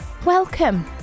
Welcome